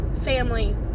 family